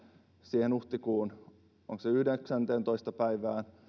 siihen huhtikuun onko se yhdeksänteentoista päivään